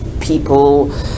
people